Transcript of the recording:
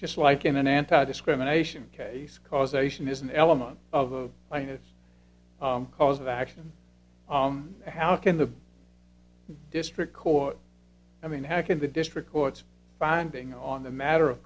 just like in an anti discrimination case causation is an element of the plaintiff's cause of action how can the district court i mean how can the district courts finding on the matter of